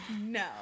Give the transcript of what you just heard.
No